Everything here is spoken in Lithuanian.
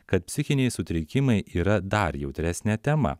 kad psichiniai sutrikimai yra dar jautresnė tema